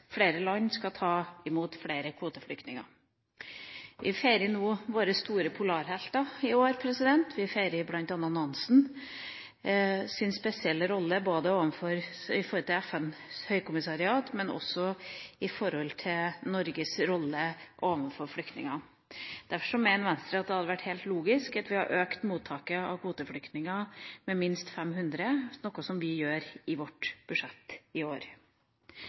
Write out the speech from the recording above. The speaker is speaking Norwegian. flere land skal ta imot flere kvoteflyktninger. Vi feirer våre store polarhelter i år. Vi feirer bl.a. Nansens spesielle rolle, både overfor FNs høykommissariat og når det gjelder Norges rolle overfor flyktninger. Derfor mener Venstre at det hadde vært helt logisk at vi hadde økt mottaket av kvoteflyktninger med minst 500, noe vi gjør i vårt budsjett i år.